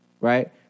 Right